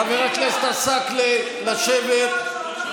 חבר הכנסת עסאקלה, לשבת.